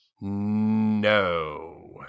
No